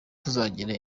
tuzagira